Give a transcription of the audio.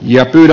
ja me